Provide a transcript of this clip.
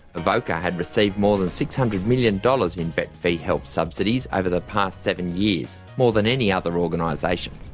evocca had received more than six hundred million dollars in vet fee-help subsidies over the past seven years, more than any other organisation.